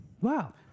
Wow